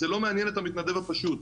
זה לא מעניין את המתנדב הפשוט,